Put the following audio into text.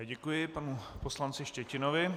Děkuji panu poslanci Štětinovi.